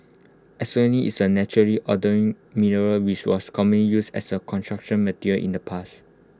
is A naturally mineral which was commonly used as A Construction Material in the past